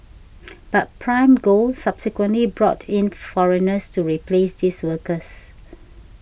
but Prime Gold subsequently brought in foreigners to replace these workers